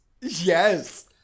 Yes